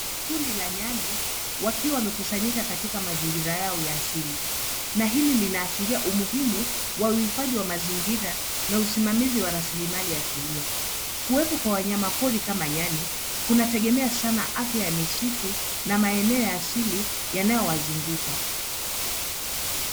Kundi la nyani wakiwa wamekusanyika katika mazingira yao ya asili na hii inaashiria umuhimu wa uhifadhi wa mazingira na usimamizi wa rasilimali asilia. Kuwepo kwa wanyama pori kama nyani, kunategemea sana afya ya misitu na maeneo ya asili yanayowazunguka.